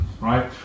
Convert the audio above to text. right